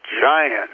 giant